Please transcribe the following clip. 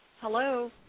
Hello